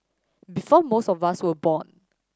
before most of us were born